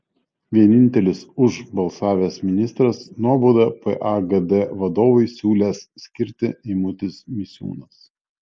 vienintelis už balsavęs ministras nuobaudą pagd vadovui siūlęs skirti eimutis misiūnas